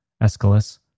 Aeschylus